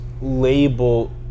label